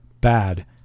Bad